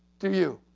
to you,